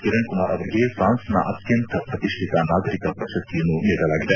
ಕಿರಣ್ ಕುಮಾರ್ ಅವರಿಗೆ ಫ್ರಾನ್ಸ್ನ ಅತ್ಯಂತ ಪ್ರತಿಷ್ಠಿತ ನಾಗರಿಕ ಪ್ರಶಸ್ತಿಯನ್ನು ನೀಡಲಾಗಿದೆ